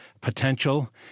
potential